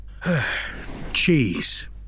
Jeez